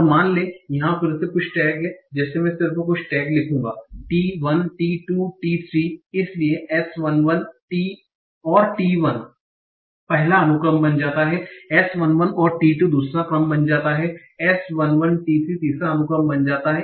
और मान लें कि यहा फिर से कुछ टैग है जैसे मैं सिर्फ कुछ टैग लिखूंगा t 1 t 2 t 3 इसलिए s 1 1 और t 1 पहला अनुक्रम बन जाता है s 1 1 और t 2 दूसरा क्रम बन जाता है और s 1 1 t 3 तीसरा क्रम बन जाता है